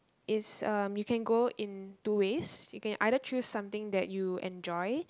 is um you can go in two ways you can either choose something that you enjoy